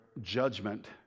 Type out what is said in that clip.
judgment